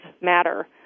matter